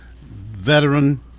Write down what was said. veteran